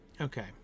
Okay